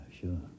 sure